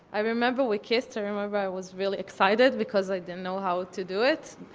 i remember we kissed. i remember i was really excited, because i didn't know how to do it.